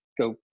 go